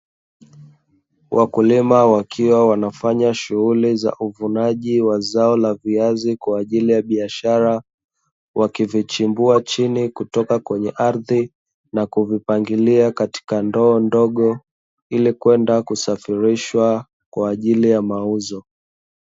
Wakulima wakiwa wanafanya shughuli ya uvunaji wa zao la viazi kwaajili ya biashara, wakivichimbua chini kutoka kwenye ardhi na kuvipangilia katika ndoo ndogo, ili kwenda kusafirishwa kwa ajili ya mauzo.